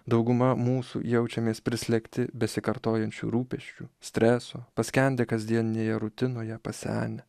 dauguma mūsų jaučiamės prislėgti besikartojančių rūpesčių streso paskendę kasdieninėje rutinoje pasenę